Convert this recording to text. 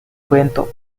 cuento